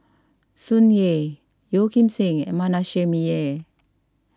Tsung Yeh Yeo Kim Seng and Manasseh Meyer